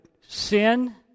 sin